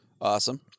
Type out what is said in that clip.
Awesome